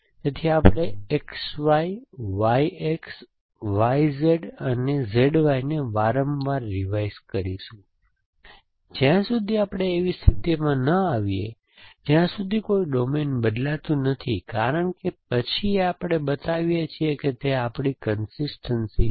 તેથી આપણે XY YX YZ અને ZYને વારંવાર રિવાઇઝ કરીશું જ્યાં સુધી આપણે એવી સ્થિતિમાં ન આવીએ જ્યાં સુધી કોઈ ડોમેન બદલાતું નથી કારણ કે પછી આપણે બતાવીએ છીએ કે તે આપણી કન્સિસ્ટનસી છે